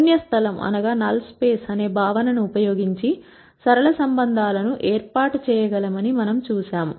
శూన్య స్థలం అనే భావనను ఉపయోగించి సరళ సంబంధాలను ఏర్పాటు చేయగలమని మనము చూశాము